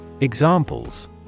Examples